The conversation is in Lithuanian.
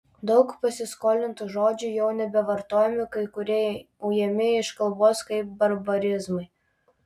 daug pasiskolintų žodžių jau nebevartojami kai kurie ujami iš kalbos kaip barbarizmai